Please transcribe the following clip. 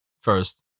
first